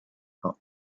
top